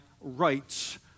rights